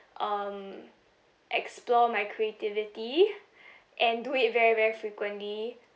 um explore my creativity and do it very very frequently